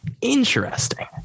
Interesting